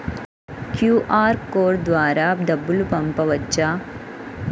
QR code ద్వారా డబ్బులు పంపవచ్చా?